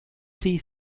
she